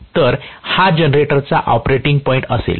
तर हा जनरेटरचा ऑपरेटिंग पॉईंट असेल